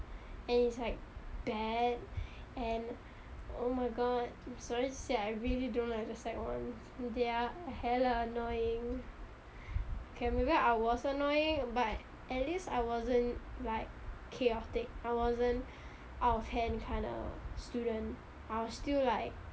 and it's like bad and oh my god I'm sorry to say I really don't like the sec ones they are hella annoying okay maybe I was annoying but at least I wasn't like chaotic I wasn't out of hand kinda student I was still like